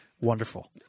wonderful